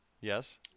Yes